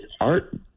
art